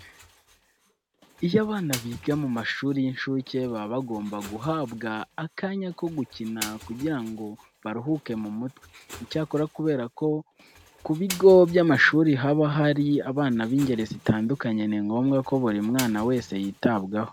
Iyo abana biga mu mashuri y'incuke baba bagomba guhabwa akanya ko gukina kugira ngo baruhuke mu mutwe. Icyakora kubera ko ku bigo by'amashuri haba hari abana b'ingeri zitandukanye, ni ngombwa ko buri mwana wese yitabwaho.